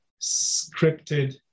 scripted